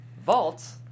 Vaults